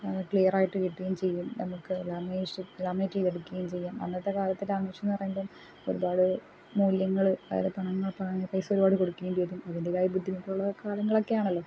ക്ലിയറായിട്ട് കിട്ടുകയും ചെയ്യും നമുക്ക് ലാമിനേഷൻ ലാമിനേറ്റ് ചെയ്ത് എടുക്കുകയും ചെയ്യാം അന്നത്തെക്കാലത്തെ ലാമിനേഷൻ എന്നു പറയുമ്പം ഒരുപാട് മൂല്യങ്ങൾ പൈസ ഒരുപാട് കൊടുക്കേണ്ടി വരും അതിന്റേതായ ബുദ്ധിമുട്ടുകളും കാര്യങ്ങളൊക്കെയാണല്ലോ